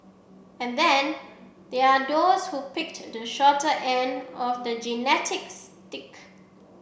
and then there are those who picked the shorter end of the genetic stick